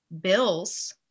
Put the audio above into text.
bills